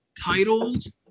titles